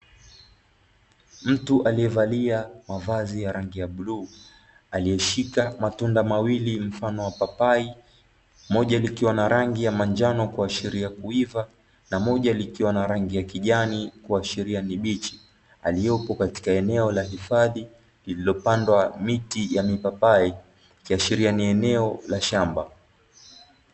Mtu aliyevalia mavazi ya rangi ya bluu, aliyeshika matunda mawili mfano wa papai, moja likiwa na rangi ya manjano kuashiria kuiva, na moja likiwa na rangi ya kijani kuashiria ni bichi. Aliyepo katika eneo la hifadhi, lililopandwa miti ya mipapai, ikiashiria ni eneo la shamba.